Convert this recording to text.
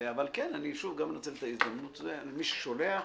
שוב, אני מנצל את ההזדמנות ומבקש לשלוח.